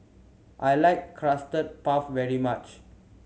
I like Custard Puff very much